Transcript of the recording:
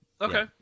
Okay